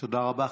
תודה רבה.